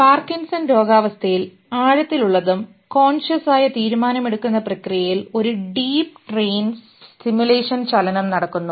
Parkinson രോഗാവസ്ഥയിൽ ആഴത്തിലുള്ളതും കോൺഷ്യസ്മായ തീരുമാനമെടുക്കുന്ന പ്രക്രിയയിൽ ഒരു ഡീപ്പ് ട്രെയിൻ സിമുലേഷൻ ചലനം നടക്കുന്നു